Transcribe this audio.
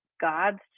God's